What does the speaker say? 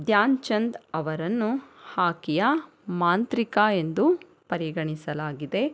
ಧ್ಯಾನ್ ಚಂದ್ ಅವರನ್ನು ಹಾಕಿಯ ಮಾಂತ್ರಿಕ ಎಂದು ಪರಿಗಣಿಸಲಾಗಿದೆ